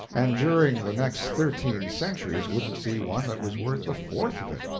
and during the next thirteen centuries wouldn't see one that was worth the fourth of it.